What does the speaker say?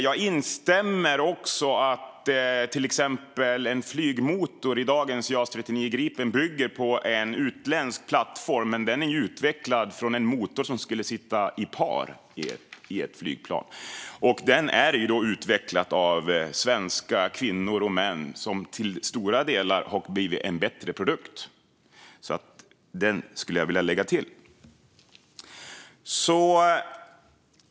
Jag instämmer också i att till exempel en flygmotor i dagens Jas 39 Gripen bygger på en utländsk plattform, men den är ju utvecklad från en motor som skulle sitta i par i ett flygplan. Jag vill tillägga att den är utvecklad av svenska kvinnor och män och har till stora delar blivit en bättre produkt.